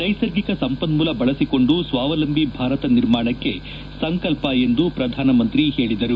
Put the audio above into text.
ನೈಸರ್ಗಿಕ ಸಂಪನ್ನೂಲ ಬಳಸಿಕೊಂಡು ಸ್ವಾವಲಂಬಿ ಭಾರತ ನಿರ್ಮಾಣಕ್ಕೆ ಸಂಕಲ್ಪ ಎಂದು ಪ್ರಧಾನಮಂತ್ರಿ ಹೇಳಿದರು